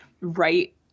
right